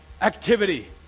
activity